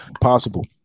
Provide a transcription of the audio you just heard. possible